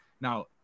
now